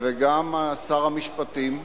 וגם שר המשפטים,